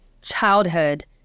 childhood